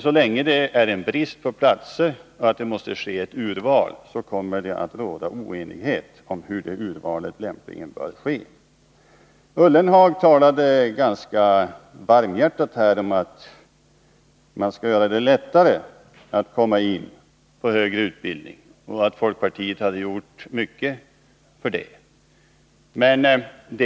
Så länge det råder brist på platser, så att det måste ske ett urval, kommer det att råda oenighet om hur detta urval lämpligen bör ske. Jörgen Ullenhag talade ganska varmhjärtat om att man skall göra det lättare för människor att komma in på högre utbildning och menade att folkpartiet har gjort mycket för att åstadkomma detta.